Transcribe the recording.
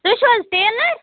تُہۍ چھِو حظ ٹیلر